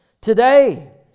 today